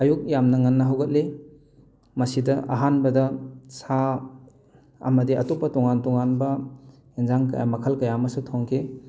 ꯑꯌꯨꯛ ꯌꯥꯝꯅ ꯉꯟꯅ ꯍꯧꯒꯠꯂꯤ ꯃꯁꯤꯗ ꯑꯍꯥꯟꯕꯗ ꯁꯥ ꯑꯃꯗꯤ ꯑꯇꯣꯞꯄ ꯇꯣꯉꯥꯟ ꯇꯣꯉꯥꯟꯕ ꯏꯟꯖꯥꯡ ꯀꯌꯥ ꯃꯈꯜ ꯀꯌꯥ ꯑꯃꯁꯨ ꯊꯣꯡꯈꯤ